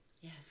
Yes